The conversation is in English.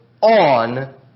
on